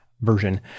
version